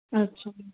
ਅੱਛਾ